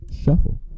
Shuffle